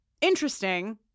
Interesting